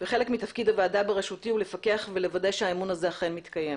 וחלק מתפקיד הוועדה בראשותי הוא לפקח ולוודא שהאמון הזה אכן מתקיים.